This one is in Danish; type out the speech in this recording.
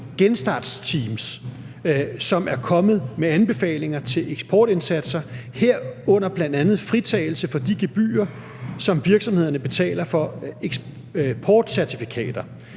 genstartsteams, som er kommet med anbefalinger til eksportindsatser, herunder bl.a. fritagelse for de gebyrer, som virksomhederne betaler for eksportcertifikater.